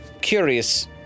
curious